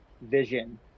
vision